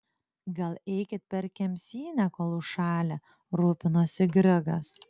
gal eikit per kemsynę kol užšalę rūpinosi grigas